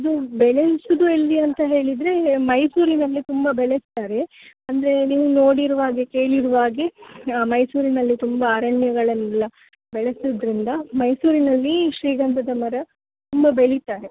ಇದು ಬೆಳೆಸೋದು ಎಲ್ಲಿ ಅಂತ ಹೇಳಿದರೆ ಮೈಸೂರಿನಲ್ಲಿ ತುಂಬ ಬೆಳೆಸ್ತಾರೆ ಅಂದರೆ ನೀವು ನೋಡಿರುಹಾಗೆ ಕೇಳಿರುಹಾಗೆ ಮೈಸೂರಿನಲ್ಲಿ ತುಂಬ ಅರಣ್ಯಗಳನ್ನೆಲ್ಲ ಬೆಳೆಸೋದ್ರಿಂದ ಮೈಸೂರಿನಲ್ಲಿ ಶ್ರೀಗಂಧದ ಮರ ತುಂಬ ಬೆಳಿತಾರೆ